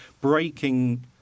breaking